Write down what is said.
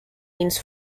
means